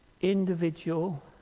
individual